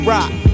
Rock